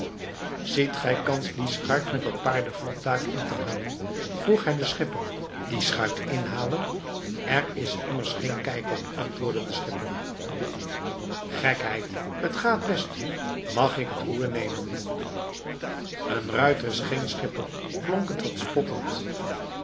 ziet gij kans die schuit met dat paardenvlot daar in te halen vroeg hij den schipper die schuit inhalen er is immers geen kijk op antwoordde de schipper gekheid het gaat best mag ik het roer nemen een ruiter is geen schipper klonk het wat spottend